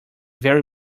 very